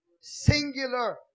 Singular